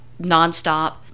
nonstop